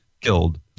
killed